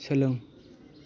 सोलों